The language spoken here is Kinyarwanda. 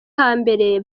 hambere